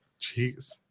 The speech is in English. Jeez